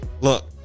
Look